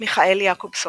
מיכאל יעקובסון,